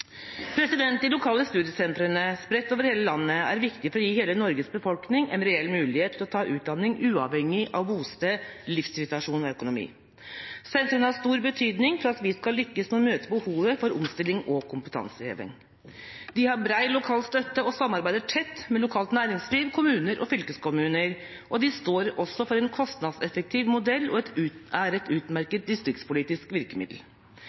De lokale studiesentrene spredt over hele landet er viktige for å gi hele Norges befolkning en reell mulighet til å ta utdanning uavhengig av bosted, livssituasjon og økonomi. Sentrene har stor betydning for at vi skal lykkes med å møte behovet for omstilling og kompetanseheving. De har bred lokal støtte og samarbeider tett med lokalt næringsliv, kommuner og fylkeskommuner, og de står også for en kostnadseffektiv modell og er et utmerket distriktspolitisk virkemiddel.